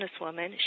businesswoman